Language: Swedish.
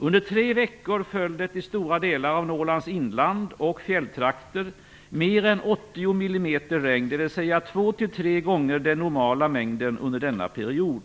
Under tre veckor föll det i stora delar av Norrlands inland och fjälltrakter mer än 80 mm regn, dvs. två till tre gånger den normala mängden under denna period.